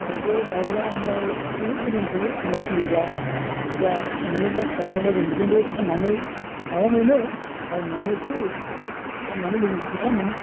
दावजो दावला ओमफ्राय बहुद धर'ननि थायो जों फिसियोब्ला बुरजा मोनोब्ला फिसा मोनोब्ला जों बिजोंबो फाननानै माबा मोनो बायनानै एसे फाननानै जों फैसा मोनो